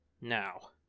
Now